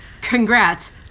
congrats